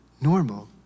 normal